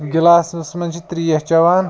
گِلاسَس منٛز چھِ ترٛیش چیٚوان